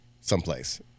someplace